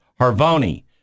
Harvoni